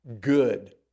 good